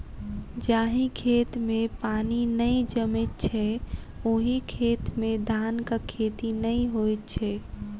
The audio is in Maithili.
जाहि खेत मे पानि नै जमैत छै, ओहि खेत मे धानक खेती नै होइत छै